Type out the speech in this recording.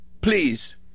please